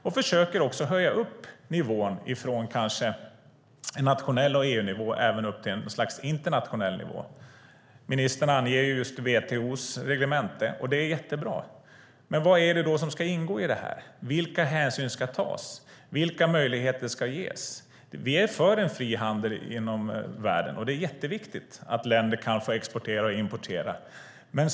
Regeringen ska försöka höja nivån från nationell nivå och EU-nivå till internationell nivå. Ministern anger WTO:s reglemente, och det är bra. Vad är det som ska ingå? Vilka hänsyn ska tas? Vilka möjligheter ska ges? Vi är för en fri handel i världen. Det är viktigt att länder kan exportera och importera.